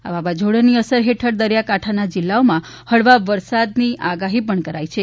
આ વાવાઝોડાની અસર હેઠળ દરિયાકાંઠાના જિલ્લાઓમાં હળવા વરસાદની આગાહી પણ કરાઇ છે